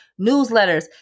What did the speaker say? newsletters